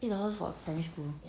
eight dollars for a primary school